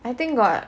I think got